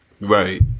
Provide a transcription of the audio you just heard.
Right